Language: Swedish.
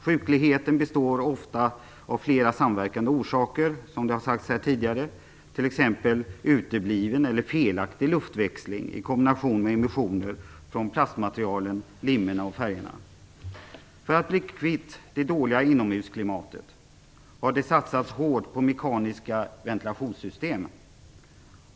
Sjukligheten består ofta av flera samverkande orsaker, som tidigare har sagts, t.ex. utebliven eller felaktig luftväxling i kombination med emissioner från plastmaterialen, limmen och färgerna. För att bli kvitt det dåliga inomhusklimatet har det satsats hårt på mekaniska ventilationssystem.